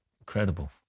Incredible